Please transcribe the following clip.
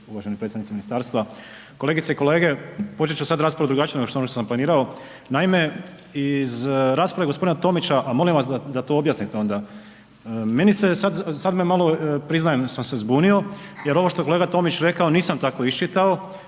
uvaženi predstavnici ministarstva, kolegice i kolege, počet ću sad raspravu drugačije no što sam planirao. Naime, iz rasprave g. Tomića, a molim vas da to objasnite onda, meni se sad, sad me malo, priznajem da sam se zbunio jer ovo što je kolega Tomić rekao, nisam tako isčitao,